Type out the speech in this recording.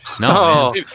No